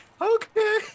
Okay